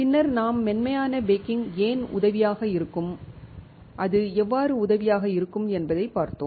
பின்னர் நாம் மென்மையான பேக்கிங் ஏன் உதவியாக இருக்கும் அது எவ்வாறு உதவியாக இருக்கும் என்பதைப் பார்த்தோம்